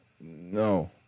No